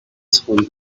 school